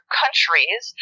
countries